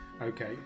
okay